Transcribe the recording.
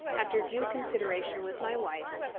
after due consideration with my wife,